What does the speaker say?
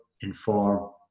inform